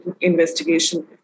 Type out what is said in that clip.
investigation